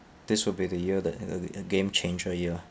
this will be the year that you know the a game changer year